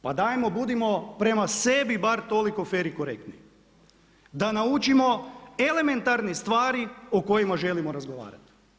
Pa dajmo budimo prema sebi bar toliko fer i korektni, da naučimo elementarne stvari o kojima želimo razgovarati.